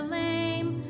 lame